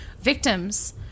victims